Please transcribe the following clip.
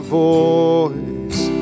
voice